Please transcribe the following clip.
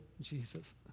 Jesus